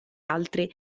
altre